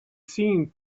seen